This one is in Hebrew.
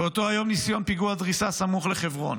באותו היום ניסיון פיגוע דריסה סמוך לחברון.